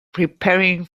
preparing